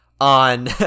on